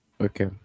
Okay